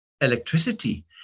electricity